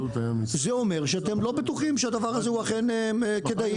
זה אומר שאתם לא בטוחים שהדבר הזה הוא אכן כדאי,